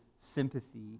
Sympathy